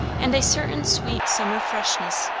and a certain sweet summer freshness,